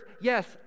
yes